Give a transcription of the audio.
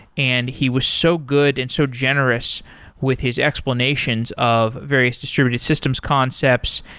and he was so good and so generous with his explanations of various distributed systems concepts,